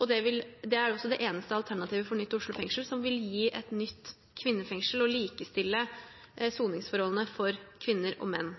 Det er også det eneste alternativet for nytt Oslo fengsel som vil gi et nytt kvinnefengsel og likestille soningsforholdene for kvinner og menn.